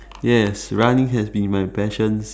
yes running has been my passion